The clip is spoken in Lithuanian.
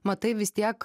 matai vis tiek